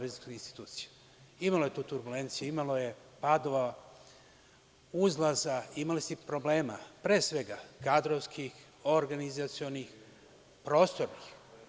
Imalo je tu turbulencija, imalo je padova, uzlaza, imalo se i problema, pre svega, kadrovskih, organizacionih, prostornih.